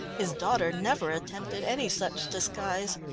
his daughter never attempted any such disguise.